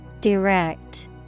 Direct